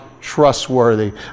trustworthy